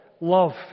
love